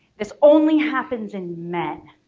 this only happens in men.